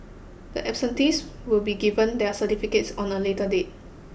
the absentees will be given their certificates on a later date